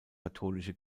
katholische